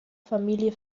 familie